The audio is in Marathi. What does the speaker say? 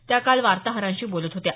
त्या काल वार्ताहरांशी बोलत होत्या